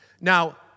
Now